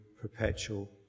perpetual